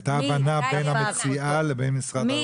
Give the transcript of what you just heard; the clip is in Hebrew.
הייתה הבנה בין המציעה לבין משרד הרווחה.